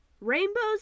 Rainbows